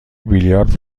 بیلیارد